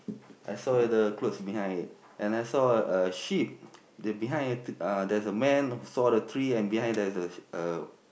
I saw the clothes behind it and I saw a sheep the behind uh there's a man who saw the tree and behind there's a a